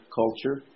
culture